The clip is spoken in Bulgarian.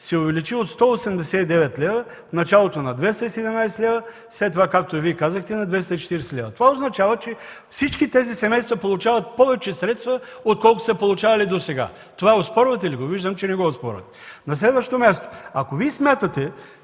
се увеличи от 189 лв., в началото на 217 лв., след това както и Вие казахте, на 240 лв. Това означава, че всички тези семейства получават повече средства отколкото са получавали досега. Това оспорвате ли го? Виждам, че не го оспорвате. (Реплика от народния